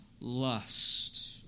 lust